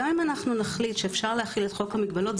גם אם אנחנו נחליט שאפשר להפעיל את חוק המגבלות,